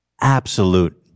absolute